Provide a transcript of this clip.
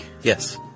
Yes